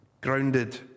grounded